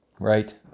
right